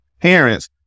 parents